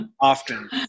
often